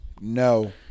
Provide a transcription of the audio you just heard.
No